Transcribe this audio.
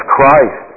Christ